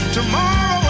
Tomorrow